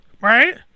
right